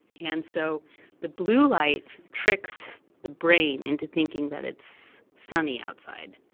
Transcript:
and so the blue light tricks the brain into thinking that it's sunny outside,